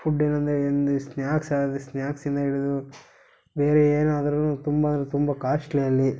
food ಏನಂದರೆ ಎಂದು snacks ಆದ್ರೆ ಸ್ನಾಕ್ಸ್ಯಿಂದ ಹಿಡಿದು ಬೇರೆ ಏನಾದ್ರು ತುಂಬ ಅಂದ್ರೆ ತುಂಬ ಕಾಸ್ಟ್ಲಿ ಅಲ್ಲಿ